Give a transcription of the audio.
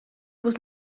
was